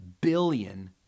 billion